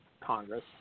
Congress